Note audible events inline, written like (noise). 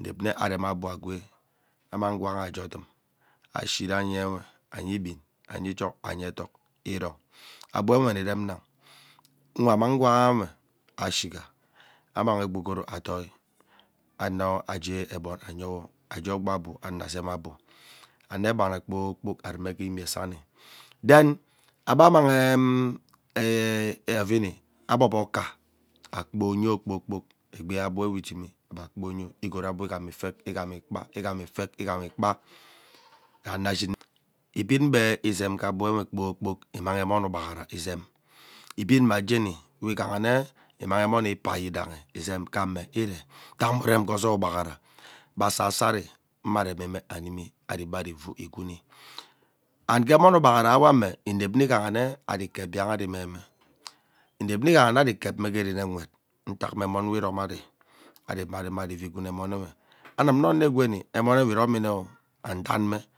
inep nna arem abu agwee annang gwangha ajee odum ashirenyewe anye igbin, anye ijogho anye eduk iron. Abmenwe nni rem nang nwa amang gwanghewe ashiga annang ogbogoro adoi anoo jee ebon anyewo, ajee ogboa abu, ano zeem abu anekpama kpoor kpok arume ghee imisani. Then agba mang eee mmeeee (hesitation) ovini agbob okaa, akpo uyo kpooo kpok egbe abuewe idemi ebe kpo uyo igot abu igbami ifek ighanni kpaa ighani ifek ighani kpaa (noise) raano ashin. Ibin be izeem gee abu nwe kpoo kpok imang emon ugbaghara izeem ibin mua jeni we ighaha nne imanghe emon ikpa hidahi izeem ghane iree ntak mme urem ghee ozoi ugbaghara gbe asaso ari mme aremime animi ari be ivuu igwuni. And gee emone ugbaghara wane inep nne ighane ari kep biang ari ineme inep mme ighana ari kep me ghee rene nwet ntak mme emon we ikomiari ari imaraimari igwunime emon unwe. Anum nne onok gweni emonewe iro ooh and danme.